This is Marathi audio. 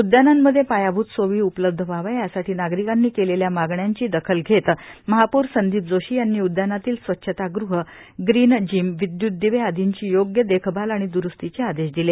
उद्यानांमध्ये पायाभूत सोयी उपलब्ध व्हाव्या यासाठी नागरिकांनी केलेल्या मागण्यांची दखल घेत महापौर संदीप जोशी यांनी उद्यानातील स्वच्छतागृहे ग्रीन जीम विद्युत दीवे आदींची योग्य देखभाल आणि दुरूस्तीचे आदेश दिले